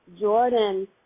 Jordan